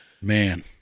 Man